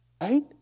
Right